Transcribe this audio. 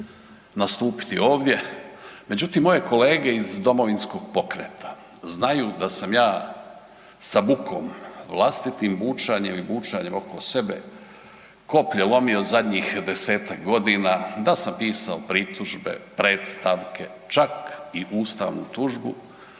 nastupiti ovdje. Međutim, moje kolege iz Domovinskog pokreta znaju da sam ja sa bukom, vlastitim bučanjem i bučanjem oko sebe koplje lomio zadnjih 10-tak godina, da sam pisao pritužbe, predstavke, čak i ustavnu tužbu